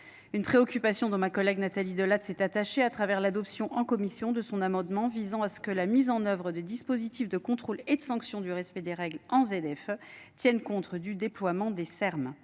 une préoccupation dont ma collègue, Nathalie Delatte sest attachée à travers l'adoption en commission de son amendement visant à ce que la mise en œuvre des dispositifs de contrôle et de sanctions du respect des règles D F F tiennent compte du déploiement des Er